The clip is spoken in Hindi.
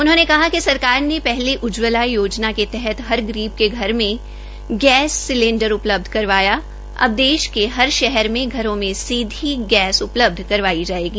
उन्होंने कहा कि सरकार ने पहले उज्जवला योजना के तहत हर गरीब के घर में गेस सिलेन्डर उपलब्ध करवाया अब देश के हर शहर में घरों मे सीधी गैस उपलब्ध कारवाई जाएगी